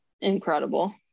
incredible